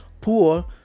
poor